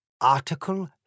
Article